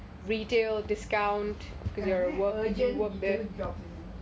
urgent retail jobs in bugis